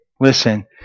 listen